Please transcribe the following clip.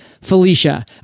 felicia